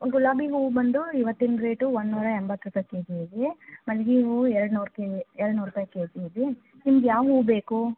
ಗುಲಾಬಿ ಹೂ ಬಂದು ಇವತ್ತಿನ ರೇಟು ಒಂದುನೂರ ಎಂಬತ್ತು ರೂಪಾಯಿ ಕೆ ಜಿಗೇ ಮಲ್ಲಿಗೆ ಹೂವು ಎರಡು ನೂರಕ್ಕೆ ಎರಡು ನೂರು ರೂಪಾಯಿ ಕೆ ಜಿ ಇದೆ ನಿಮ್ಗೆ ಯಾವ ಹೂ ಬೇಕು